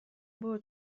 برو